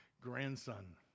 grandson